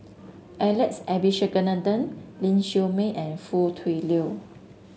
Alex Abisheganaden Ling Siew May and Foo Tui Liew